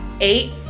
Eight